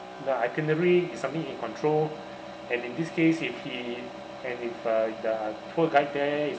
the itinerary is something in control and in this case if he and if uh the tour guide there is